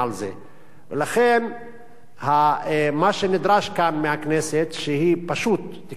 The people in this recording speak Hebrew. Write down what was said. מה שנדרש כאן מהכנסת זה שהיא פשוט תקבל החלטה ללחוץ